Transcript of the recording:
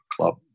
club